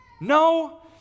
No